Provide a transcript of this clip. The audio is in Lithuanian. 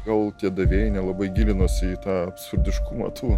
gal tie davėjai nelabai gilinosi į tą absurdiškumą tų